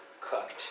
cooked